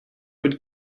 would